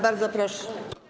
Bardzo proszę.